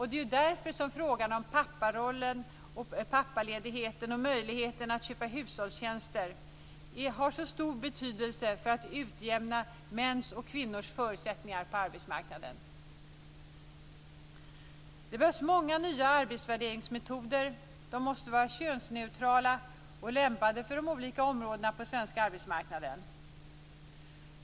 Det är därför som frågan om papparollen, pappaledigheten och möjligheten att köpa hushållstjänster har så stor betydelse för att utjämna mäns och kvinnors förutsättningar på arbetsmarknaden. Det behövs många nya arbetsvärderingsmetoder. De måste vara könsneutrala och lämpade för de olika områdena på den svenska arbetsmarknaden.